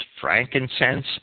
frankincense